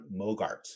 Mogart